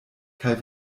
kaj